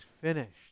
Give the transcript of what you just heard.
finished